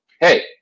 Hey